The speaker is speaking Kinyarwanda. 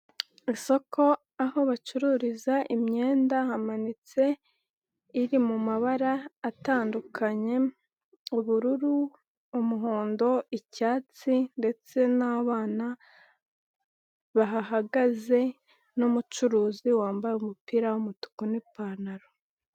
Isoko aho bacururiza imyenda hamanitse iri mu mabara atandukanye, ubururu, umuhondo, icyatsi ndetse n'abana bahagaze n'umucuruzi wambaye umupira w'umutuku n'ipantaro.